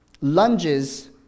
lunges